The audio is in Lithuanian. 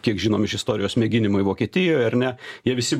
kiek žinom iš istorijos mėginimai vokietijoj ar ne jie visi